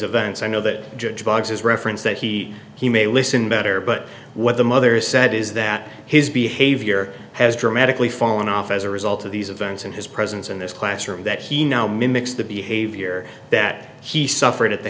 events i know that judge box is reference that he he may listen better but what the mother said is that his behavior has dramatically fallen off as a result of these events in his presence in this classroom that he now mimics the behavior that he suffered at the